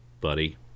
buddy